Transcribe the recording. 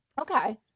Okay